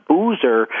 Boozer